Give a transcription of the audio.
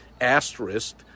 asterisk